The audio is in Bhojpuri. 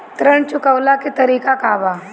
ऋण चुकव्ला के तरीका का बा?